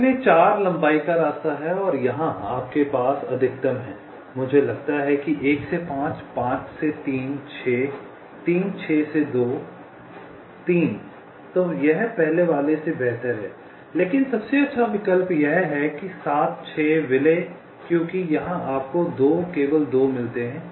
इसलिए 4 लंबाई का रास्ता है और यहां आपके पास अधिकतम है मुझे लगता है कि 1 से 5 5 से 3 6 3 6 से 2 3 तो यह पहले वाले से बेहतर है लेकिन सबसे अच्छा विकल्प यह है 7 6 विलय क्योंकि यहां आपको 2 केवल 2 मिलते हैं